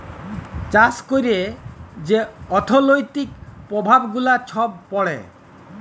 চাষ ক্যইরে যে অথ্থলৈতিক পরভাব গুলা ছব পড়ে